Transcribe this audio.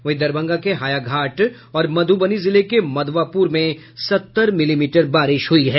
वही दरभंगा के हायाघाट और मधुबनी जिले के मधवापुर में सत्तर मिलीमीटर बारिश हुई है